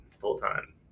full-time